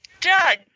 Doug